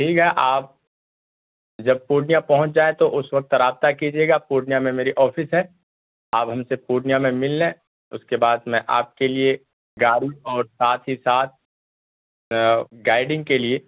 ٹھیک ہے آپ جب پورنیہ پہنچ جائیں تو اس وقت رابطہ کیجیے گا پورنیہ میں میری آفس ہے آپ ہم سے پورنیہ میں مل لیں اس کے بعد میں آپ کے لیے گاڑی اور ساتھ ہی ساتھ گائڈنگ کے لیے